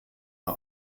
war